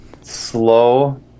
slow